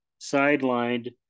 sidelined